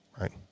right